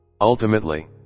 Ultimately